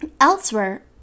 Elsewhere